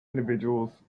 individuals